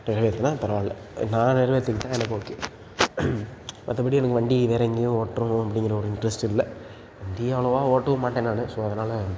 நிறைவேத்தினா அது பரவாயில்ல நான் நிறைவேற்றிருக்கேன் எனக்கு ஓகே மற்றபடி எனக்கு வண்டி வேறு எங்கையும் ஓட்டிருணும் அப்படிங்கற ஒரு இன்ட்ரெஸ்ட்டு இல்லை வண்டியும் அவ்வளவா ஓட்டவும் மாட்டேன் நான் ஸோ அதனால்